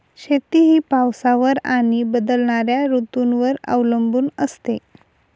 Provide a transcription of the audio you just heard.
शेती ही पावसावर आणि बदलणाऱ्या ऋतूंवर अवलंबून असते